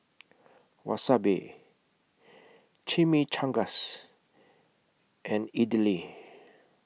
Wasabi Chimichangas and Idili